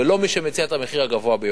ולא מי שמציע את המחיר הגבוה ביותר.